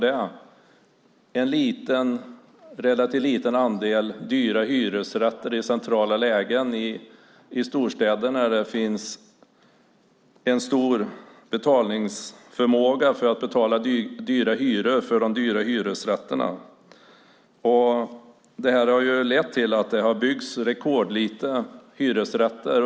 Det har byggts en relativt liten andel dyra hyresrätter i centrala lägen i storstäderna där det finns stark betalningsförmåga; hyrorna är höga i de dyra hyresrätterna. Det har lett till att det byggts rekordlite hyresrätter.